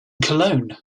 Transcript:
cologne